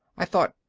i thought,